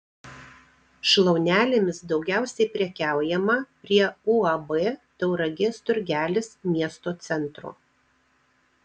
šlaunelėmis daugiausiai prekiaujama prie uab tauragės turgelis miesto centro